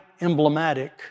emblematic